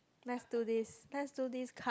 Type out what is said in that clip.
let's do this let's do this card